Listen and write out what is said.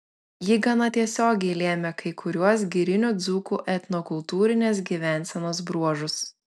ji gana tiesiogiai lėmė kai kuriuos girinių dzūkų etnokultūrinės gyvensenos bruožus